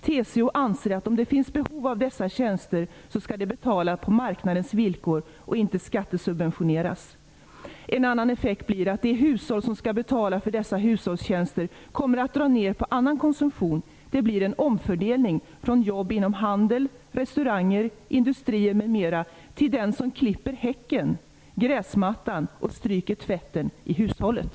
TCO anser att om det finns behov av dessa tjänster skall de betalas på marknadens villkor och inte skattesubventioneras. En annan effekt blir att de hushåll som skall betala för dessa hushållstjänster kommer att dra ner på annan konsumtion. Det blir en omfördelning från jobb inom handel, restauranger, industrier m.m. till den som klipper häcken, gräsmattan och stryker tvätten i hushållet.